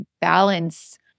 balance